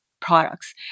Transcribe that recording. products